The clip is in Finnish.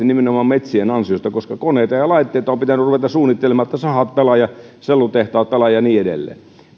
nimenomaan metsien ansiosta koska koneita ja laitteita on pitänyt ruveta suunnittelemaan jotta sahat pelaavat ja sellutehtaat pelaavat ja niin edelleen